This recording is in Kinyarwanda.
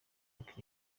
lick